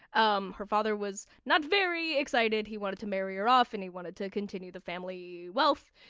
um her father was not very excited he wanted to marry her off and he wanted to continue the family wealth.